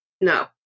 No